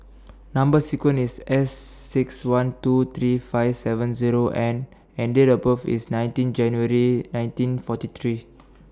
Number sequence IS S six one two three five seven Zero N and Date of birth IS nineteen January nineteen forty three